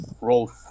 roll